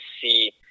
see